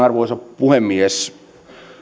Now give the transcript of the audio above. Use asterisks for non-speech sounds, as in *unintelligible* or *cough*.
*unintelligible* arvoisa puhemies